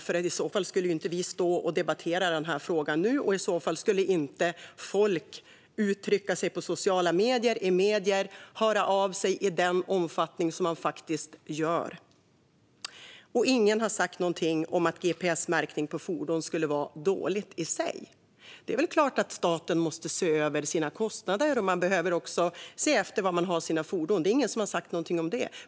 I så fall skulle vi inte stå och debattera den här frågan nu, och i så fall skulle inte folk uttrycka sig i medierna och på sociala medier eller höra av sig i den omfattning som man faktiskt gör. Ingen har sagt någonting om att gps-märkning på fordon skulle vara dåligt i sig. Det är väl klart att staten måste se över sina kostnader, och man behöver också se var man har sina fordon. Det är ingen som har sagt någonting om det.